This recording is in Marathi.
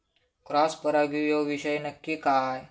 क्रॉस परागी ह्यो विषय नक्की काय?